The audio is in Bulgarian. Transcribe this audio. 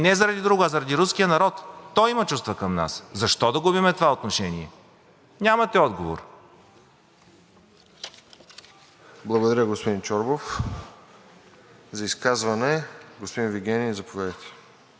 Благодаря, господин Чорбов. За изказване, господин Вигенин, заповядайте.